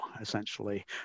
Essentially